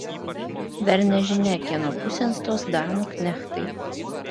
dar nežinia kieno pusėn stos danų knechtai